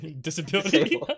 Disability